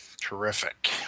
Terrific